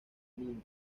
mundo